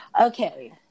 okay